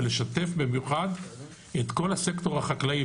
ולשתף במיוחד את כל הסקטור החקלאי.